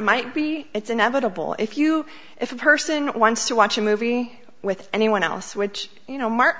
might be it's inevitable if you if a person wants to watch a movie with anyone else which you know mark